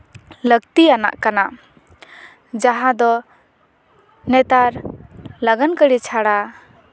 ᱞᱟᱹᱠᱛᱤᱭᱟᱱᱟᱜ ᱠᱟᱱᱟ ᱡᱟᱦᱟᱸ ᱫᱚ ᱱᱮᱛᱟᱨ ᱞᱟᱜᱟᱱ ᱠᱟᱹᱨᱤ ᱪᱷᱟᱲᱟ